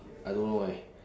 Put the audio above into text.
I don't know why